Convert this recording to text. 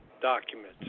documents